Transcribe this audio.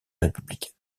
républicaine